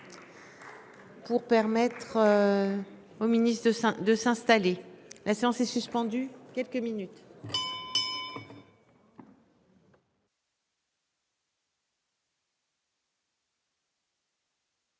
Pour permettre. Au ministre de Saint-de s'installer. La séance est suspendue quelques minutes.